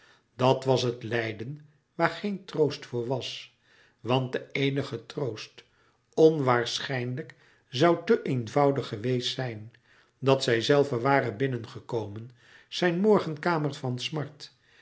dat was het lijden waar geen troost voor was want de éenige troost onwaarschijnlijk zoû te eenvoudig geweest zijn dat zijzelve ware binnengekomen zijn morgenkamer van smart